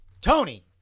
Tony